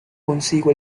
consigo